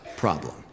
problem